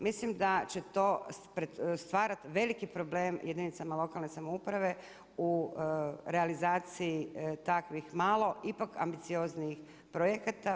Mislim da će to stvarati veliki problem jedinicama lokalne samouprave u realizaciji takvih malo ipak ambicioznijih projekata.